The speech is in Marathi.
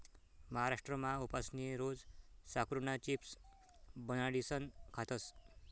महाराष्ट्रमा उपासनी रोज साकरुना चिप्स बनाडीसन खातस